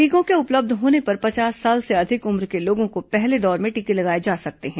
टीकों के उपलब्य होने पर पचास साल से अधिक उम्र के लोगों को पहले दौर में टीके लगाये जा सकते हैं